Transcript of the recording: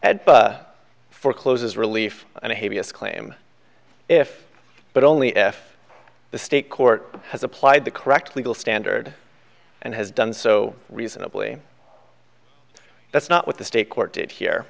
forecloses relief and a b s claim if but only if the state court has applied the correct legal standard and has done so reasonably that's not what the state court did hear